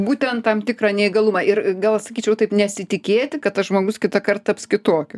būtent tam tikrą neįgalumą ir gal aš sakyčiau taip nesitikėti kad tas žmogus kitąkart taps kitokiu